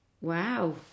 Wow